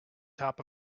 top